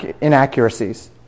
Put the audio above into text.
inaccuracies